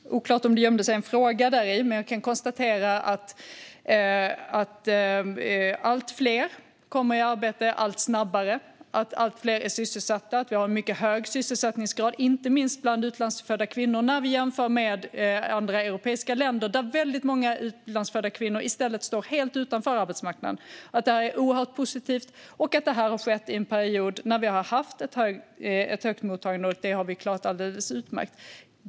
Fru talman! Det är oklart om det gömde sig en fråga däri, men jag kan konstatera att allt fler kommer i arbete allt snabbare. Allt fler är sysselsatta, och vi har en mycket hög sysselsättningsgrad. Det gäller inte minst bland utlandsfödda kvinnor när vi jämför med andra europeiska länder, där väldigt många utlandsfödda kvinnor i stället står helt utanför arbetsmarknaden. Detta är oerhört positivt, och det har skett under en period då vi har haft ett stort mottagande. Det har vi klarat alldeles utmärkt.